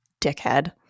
dickhead